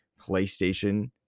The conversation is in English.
PlayStation